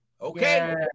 Okay